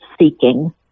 seeking